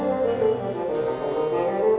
or